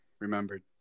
remembered